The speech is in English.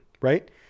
right